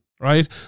right